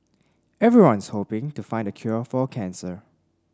everyone's hoping to find the cure for cancer